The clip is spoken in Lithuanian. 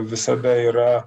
visada yra